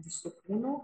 visu kūnu